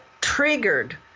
triggered